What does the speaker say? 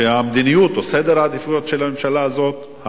שהמדיניות או סדר העדיפויות של הממשלה הזאת,